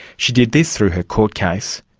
she did this through her court case.